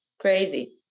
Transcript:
crazy